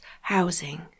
housing